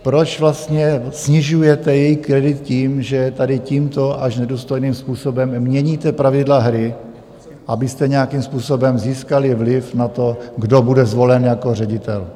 Proč vlastně snižujete její kredit tím, že tady tímto až nedůstojným způsobem měníte pravidla hry, abyste nějakým způsobem získali vliv na to, kdo bude zvolen jako ředitel?